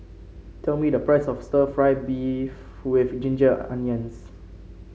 tell me the price of stir fry beef with Ginger Onions